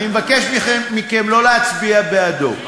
אני מבקש מכם שלא להצביע בעדו.